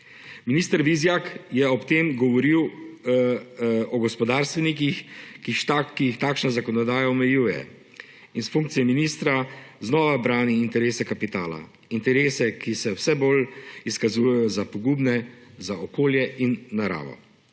Minister Vizjak je ob tem govoril o gospodarstvenikih, ki jih takšna zakonodaja omejuje, in s funkcije ministra znova branil interese kapitala, interese, ki se vse bolj izkazujejo pogubne za okolje in naravo.